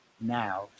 now